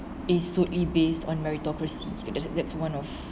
is totally based on meritocracy that that's one of